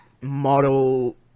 model